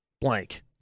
blank